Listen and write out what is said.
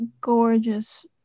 gorgeous